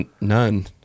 None